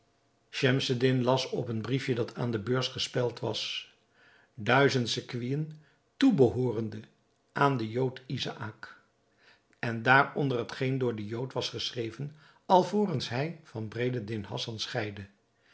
schemseddin las op een briefje dat aan de beurs gespeld was duizend sequinen toebehoorende aan den jood izaäk en daar onder hetgeen door den jood was geschreven alvorens hij van bedreddin hassan scheidde